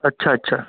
अच्छा अच्छा